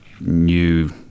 new